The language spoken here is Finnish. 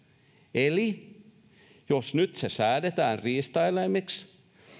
eli jos nyt se säädetään riistaeläimeksi